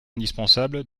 indispensable